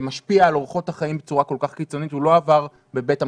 שמשפיע על אורחות החיים בצורה כל כך קיצונית הוא לא עבר בבית המחוקקים.